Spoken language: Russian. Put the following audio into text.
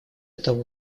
того